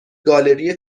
گالری